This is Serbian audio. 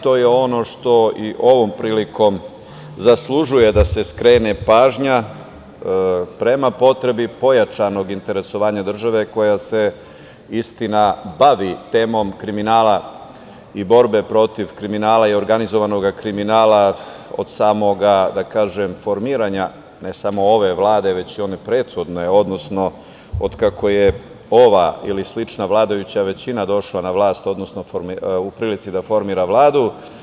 To je ono što i ovom prilikom zaslužuje da se skrene pažnja prema potrebi pojačanog interesovanja države koja se istina bavi temom kriminala i borbe protiv kriminala i organizovanog kriminala od samog formiranja, ne samo ove Vlade, već i one prethodne, odnosno od kako je ova ili slična vladajuća većina došla na vlast, odnosno u prilici da formira Vladu.